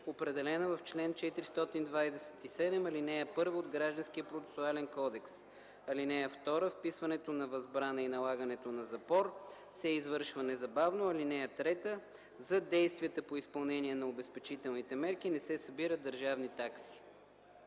определена в чл. 427, ал. 1 от Гражданския процесуален кодекс. (2) Вписването на възбрана и налагането на запор се извършва незабавно. (3) За действията по изпълнение на обезпечителните мерки не се събират държавни такси.”